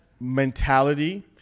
mentality